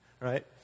Right